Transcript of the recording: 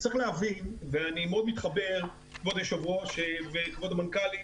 אני מאוד מתחבר, כבוד היושב ראש וכבוד המנכ"לית,